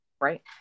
Right